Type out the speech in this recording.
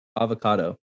avocado